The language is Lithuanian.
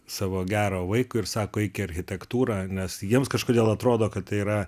savo gero vaikui ir sako eik į architektūrą nes jiems kažkodėl atrodo kad tai yra